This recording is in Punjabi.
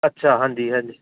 ਅੱਛਾ ਹਾਂਜੀ ਹਾਂਜੀ